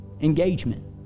Engagement